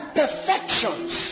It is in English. perfections